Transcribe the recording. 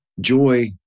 Joy